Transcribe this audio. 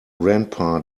grandpa